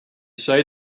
say